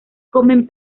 comen